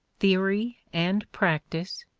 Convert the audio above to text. theory and practice,